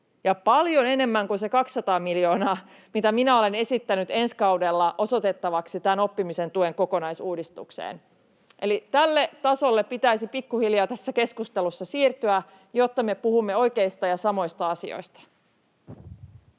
paljon enemmän kuin se 200 miljoonaa, mitä minä olen esittänyt ensi kaudella osoitettavaksi tämän oppimisen tuen kokonaisuudistukseen. Eli tälle tasolle pitäisi pikkuhiljaa tässä keskustelussa siirtyä, jotta me puhumme oikeista ja samoista asioista.